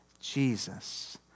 Jesus